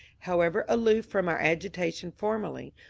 how ever aloof from our agitation formerly,